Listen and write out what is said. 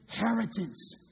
inheritance